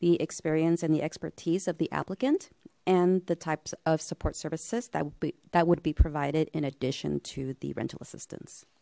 the experience and the expertise of the applicant and the types of support services that would be that would be provided in addition to the rental assistance